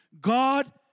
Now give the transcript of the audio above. God